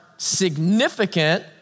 significant